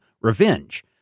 revenge